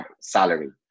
salary